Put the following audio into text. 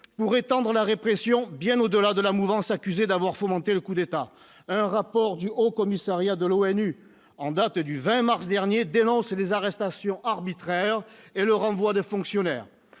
pour étendre la répression bien au-delà de la mouvance, accusé d'avoir fomenté le coup d'État, un rapport du Haut Commissariat de l'ONU en date du 20 mars dernier dénonce des arrestations arbitraires et le renvoi des fonctionnaires,